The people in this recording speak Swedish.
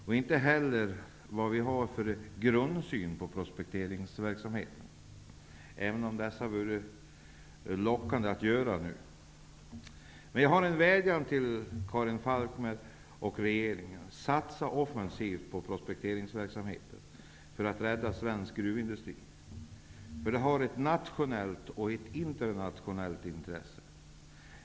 Jag skall heller inte gå in på vad vi har för grundsyn på prospekteringsverksamheten, även om det nästan är lockande att göra det nu. Jag har en vädjan till Karin Falkmer och regeringen: Satsa offensivt på prospekteringsverksamheten för att rädda svensk gruvindustri. Den är av nationellt och internationellt intresse.